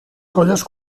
colles